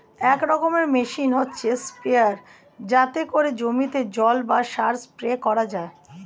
এক রকমের মেশিন হচ্ছে স্প্রেয়ার যাতে করে জমিতে জল বা সার স্প্রে করা যায়